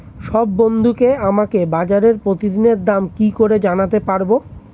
সব বন্ধুকে আমাকে বাজারের প্রতিদিনের দাম কি করে জানাতে পারবো?